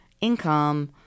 income